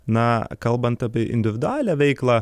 na kalbant apie individualią veiklą